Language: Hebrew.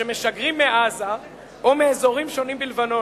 שמשגרים מעזה או מאזורים שונים בלבנון,